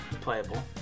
playable